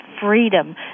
freedom